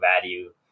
value